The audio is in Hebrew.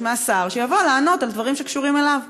מהשר שיבוא לענות על דברים שקשורים אליו.